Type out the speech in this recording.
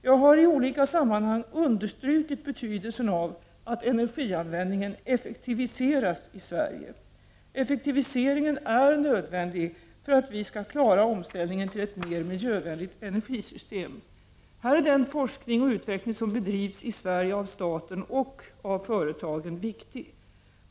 Jag har i olika sammanhang understrukit betydelsen av att energianvändningen effektiviseras i Sverige. Effektiviseringen är nödvändig för att vi skall klara omställningen till ett mer miljövänligt energisystem. Här är den forskning och utveckling som bedrivs i Sverige av staten och av företagen viktig.